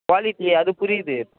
quality அது புரியுது